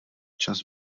čas